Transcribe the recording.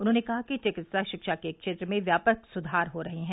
उन्होंने कहा कि चिकित्सा शिक्षा के क्षेत्र में व्यापक सुधार हो रहे हैं